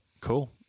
Cool